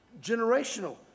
Generational